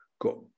got